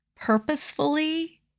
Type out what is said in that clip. purposefully